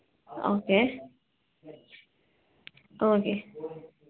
okay okay